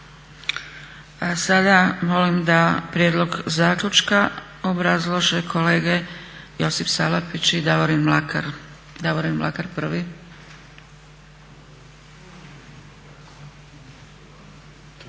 A sada molim da prijedlog zaključka obrazlože kolege Josip Salapić i Davorin Mlakar. Davorin Mlakar prvi.